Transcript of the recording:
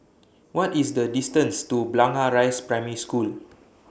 What IS The distance to Blangah Rise Primary School